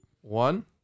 One